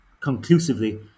conclusively